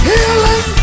Healing